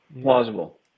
plausible